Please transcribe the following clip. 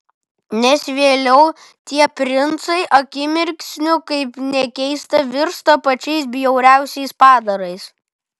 nes vėliau tie princai akimirksniu kaip nekeista virsta pačiais bjauriausiais padarais